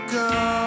go